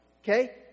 okay